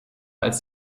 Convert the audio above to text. als